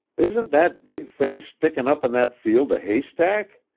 isn't that big thing stickin' up in that field a haystack?